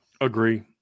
Agree